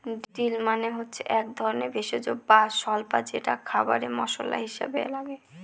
deal মানে হচ্ছে এক ধরনের ভেষজ বা স্বল্পা যেটা খাবারে মশলা হিসাবে লাগে